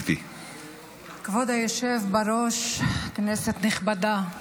כבוד היושב בראש, כנסת נכבדה,